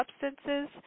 substances